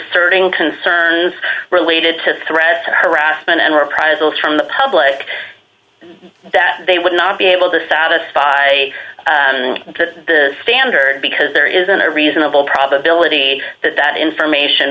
g concerns related to threats harassment and reprisals from the public that they would not be able to satisfy the standard because there isn't a reasonable probability that that information